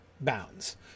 bounds